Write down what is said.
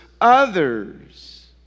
others